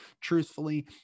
truthfully